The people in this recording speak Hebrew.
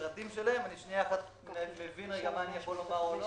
אני שנייה אחת מבין מה אני יכול לומר או לא